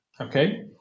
okay